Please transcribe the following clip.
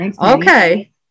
okay